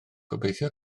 gobeithio